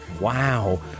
Wow